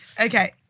Okay